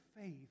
faith